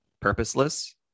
purposeless